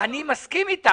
אני מסכים איתך.